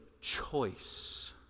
choice